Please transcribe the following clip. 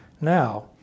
Now